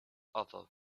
other